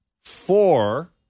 four